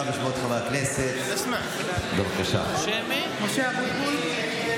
אנחנו נעבור כעת להצבעות שמיות שהוגשו בשם האופוזיציה על הצעת אי-אמון.